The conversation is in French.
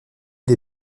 des